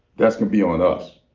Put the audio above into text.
that's gonna be on us.